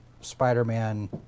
Spider-Man